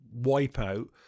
wipeout